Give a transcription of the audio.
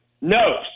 No